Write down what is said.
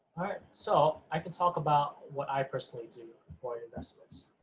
alright, so i can talk about what i personally do for your investments,